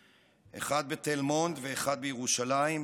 האחד בתל מונד והאחד בירושלים,